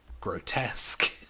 grotesque